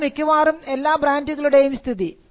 ഇതാണ് മിക്കവാറും എല്ലാ ബ്രാൻഡുകളുടെയും സ്ഥിതി